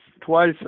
twice